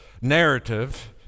narrative